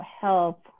help